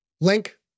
Link